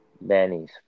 Benny's